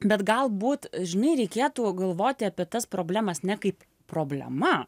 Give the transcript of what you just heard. bet galbūt žinai reikėtų galvoti apie tas problemas ne kaip problema